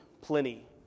Pliny